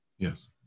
Yes